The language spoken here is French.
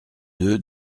deux